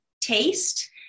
taste